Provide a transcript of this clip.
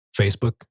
Facebook